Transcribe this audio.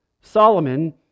Solomon